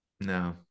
no